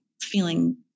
feeling